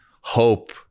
hope